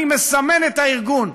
מסמן את הארגון,